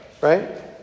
right